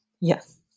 Yes